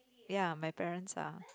ya my parents are